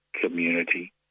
community